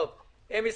לא חשוב.